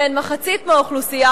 שהן מחצית מהאוכלוסייה,